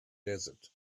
desert